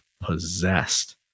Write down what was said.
possessed